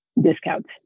discounts